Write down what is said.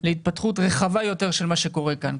להתפתחות רחבה יותר של מה שקורה כאן,